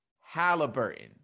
halliburton